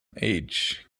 age